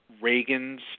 Reagan's